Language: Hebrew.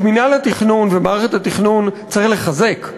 את מינהל התכנון ומערכת התכנון צריך לחזק.